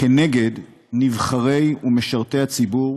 כנגד נבחרי ומשרתי הציבור